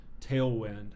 tailwind